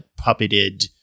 puppeted